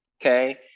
okay